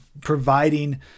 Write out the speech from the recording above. providing